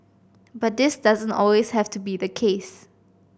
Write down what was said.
but this doesn't always have to be the case